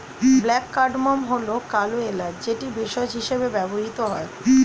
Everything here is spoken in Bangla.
ব্ল্যাক কার্ডামম্ হল কালো এলাচ যেটি ভেষজ হিসেবে ব্যবহৃত হয়